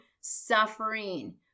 suffering